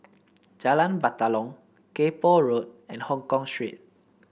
Jalan Batalong Kay Poh Road and Hongkong Street